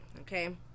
okay